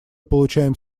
получаем